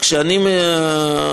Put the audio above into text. כשאני מדברת על